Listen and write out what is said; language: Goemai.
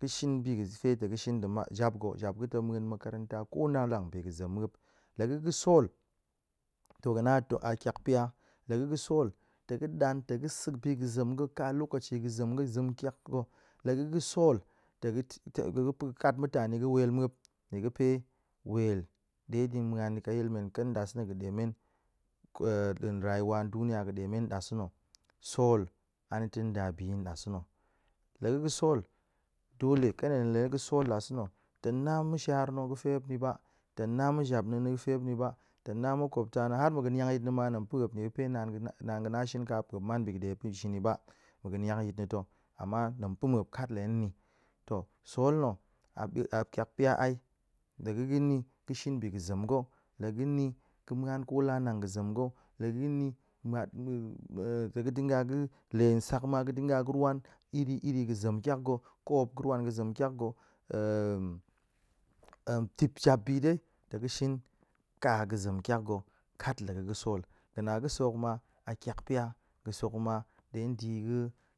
ga̱ shin bi ga̱fe tong ga̱ shin ga̱ mat- jap ga̱, jap ga̱ tong muan makaranta ko la an nang pe ga̱ zem muop. La ga̱ ga̱ sol, to ga̱ na to a tyak pya, la ga̱ ga̱ sol tong ga̱ dan tong ga̱ sa̱ bi ga̱ zem ga̱ ka lokaci ga̱ zem ga̱ zem tyak ga̱. La ga̱ ga̱ sol tong ga̱ kat mutani ga̱ wel muop, nie fe wel ɗe di muan yi ka yil men, ƙen ɗa̱asa̱na̱ ga̱ ɗe men ɗa̱a̱n rayuwa duniya ga̱ ɗemen ɗa̱sa̱na̱. Sol anita nda bi yi ɗa̱sa̱na̱, la ga̱ ga̱ sol, dole ƙen hen la̱ ga̱ sol ɗa̱sa̱na̱ tong na ma̱shar na̱ ga̱fe muop ni ba, tong na ma̱japna̱a̱n na̱ ga̱fe muop ni ba, tong na ma̱koptana̱ har mu ga̱ niak yit na̱ ma tong pa̱ muop nie ga̱fe naan ga̱ naan ga̱ na shin ka muop, niefe muop man bi ga̱ ɗe muop tong shin yi ba, mu ga̱ niak yit na̱ to, ama hen tong pa̱ muop kat la hen ni. To sol na̱ a tyak pya ai, la ga̱ ga̱n ni ga̱ shin bi ga̱ zem ga̱, la ga̱n ni ga̱ muan ko la an nang ga̱ zem ga̱, la ga̱n ni ta̱ dinga le nsak ma ga̱ dinga ga̱ rwan iri iri ga̱ zem tyak ga̱, koop ga̱ rwan ga̱ zem tyak ga̱ dip jap bi dai tong ga̱ shin ka ga̱ zem tyak ga̱ kat la ga̱ ga̱ sol, ga̱ na ga̱sek hok ma a tyak pya, ga̱sek ma ɗe di ga̱